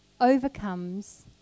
overcomes